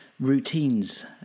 routines